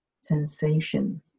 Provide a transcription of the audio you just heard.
sensation